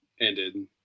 ended